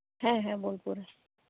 ᱦᱮᱸ ᱦᱮᱸ ᱵᱳᱞᱯᱩᱨ ᱨᱮ